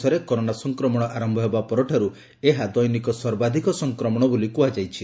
ଦେଶରେ କରୋନା ସଂକ୍ରମଣ ଆରମ୍ଭ ହେବା ପରଠାରୁ ଏହା ଦୈନିକ ସର୍ବାଧକ ସଂକ୍ରମଣ ବୋଲି କୁହାଯାଇଛି